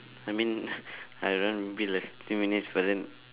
I mean I run maybe like few minutes but then